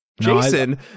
Jason